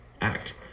act